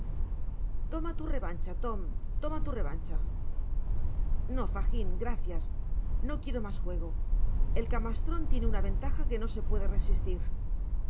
causatoma tu revancha tom toma tu revancha no fagin gracias no quiero mas juego el camastron tiene una ventaja que no se puede resistir